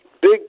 big